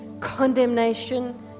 condemnation